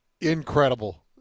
Incredible